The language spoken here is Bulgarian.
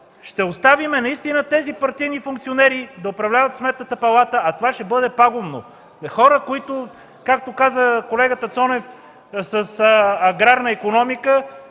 ще оставим наистина тези партийни функционери да управляват Сметната палата, а това ще бъде пагубно. Хора, както каза колегата Цонев, с аграрна икономика